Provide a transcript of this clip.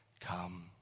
Come